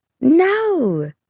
no